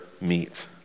meet